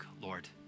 Lord